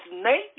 snake